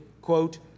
quote